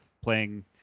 playing